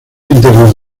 internas